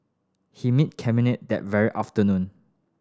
he met Cabinet that very afternoon